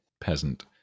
peasant